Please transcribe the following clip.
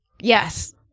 yes